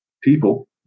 people